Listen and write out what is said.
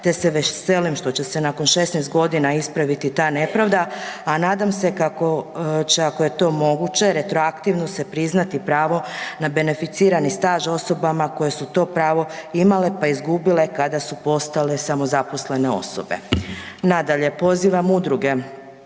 te se veselim što će se nakon 16.g. ispraviti ta nepravda, a nadam se kako će, ako je to moguće, retroaktivno se priznati pravo na beneficirani staž osobama koje su to pravo imale, pa izgubile kada su postale samozaposlene osobe. Nadalje, pozivam udruge